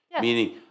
Meaning